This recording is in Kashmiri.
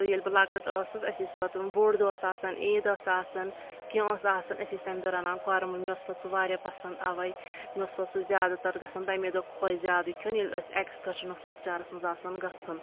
ییٚلہِ بہٕ لکٕٹ ٲسٕس أسۍ ٲسۍ پتہٕ بوٚڑ دۄہ اوس آسان عیٖد ٲس آسان کینٛہہ اوس آسان أسۍ ٲسۍ تمہِ دۄہ رَنان قۄرمہٕ مےٚ اوس پتہٕ سُہ واریاہ پسنٛد اَوے مےٚ اوس پَتہٕ سُہ زیادٕ تر گژھان تَمے دۄہ خۄش زیادٕ کھیٚون ییٚلہِ أسۍ اؠکٕسکرشن اوس لکچارس منٛز آسان گژھُن